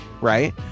right